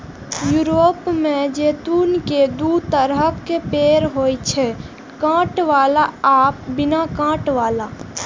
Europe मे जैतून के दू तरहक पेड़ होइ छै, कांट बला आ बिना कांट बला